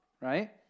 right